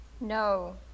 No